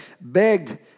begged